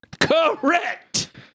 Correct